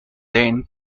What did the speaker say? then